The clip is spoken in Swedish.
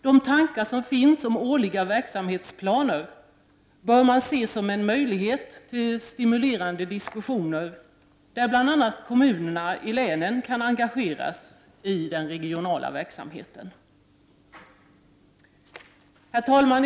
De tankar som finns om årliga verksamhetsplaner bör ses som en möjlighet till stimulerande diskussioner, där bl.a. kommunerna i länen kan engageras i den regionala verksamheten. Herr talman!